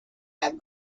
have